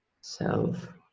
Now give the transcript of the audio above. self